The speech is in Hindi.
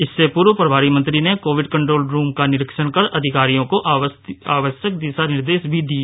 इससे पूर्व प्रभारी मंत्री ने कोविड कंट्रोल रूम का निरीक्षण कर अधिकारियों को आवश्यक दिशा निर्देश दिए